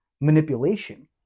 manipulation